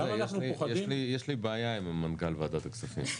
למה אנחנו פוחדים --- יש לי בעיה עם מנכ"ל ועדת הכספים.